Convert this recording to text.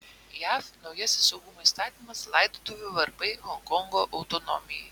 jav naujasis saugumo įstatymas laidotuvių varpai honkongo autonomijai